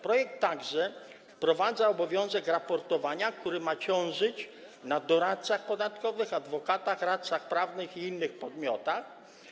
Projekt także wprowadza obowiązek raportowania, który ma ciążyć na doradcach podatkowych, adwokatach, radcach prawnych i innych podmiotach.